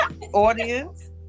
Audience